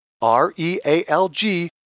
R-E-A-L-G